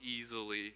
easily